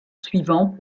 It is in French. suivant